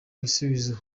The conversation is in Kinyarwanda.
igisubizo